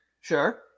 sure